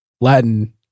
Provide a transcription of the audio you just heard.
Latin